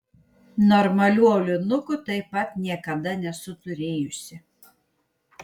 normalių aulinukų taip pat niekada nesu turėjusi